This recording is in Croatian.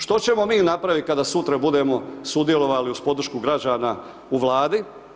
Što ćemo mi napraviti kada sutra budemo sudjelovali uz podršku građana u Vladi?